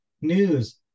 news